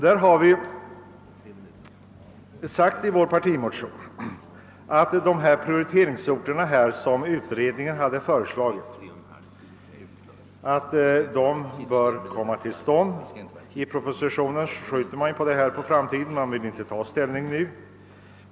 Vi har sagt i vår partimotion att utredningens förslag om prioriteringsorter bör fastställas. I propositionen skjuter regeringen denna fråga på framtiden och vill inte nu ta ställning.